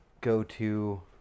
go-to